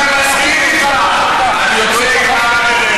אני מסכים איתך על יוצאי עיראק,